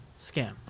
scam